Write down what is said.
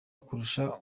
kurusha